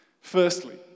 Firstly